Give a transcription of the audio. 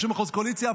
30% קואליציה.